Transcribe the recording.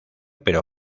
pero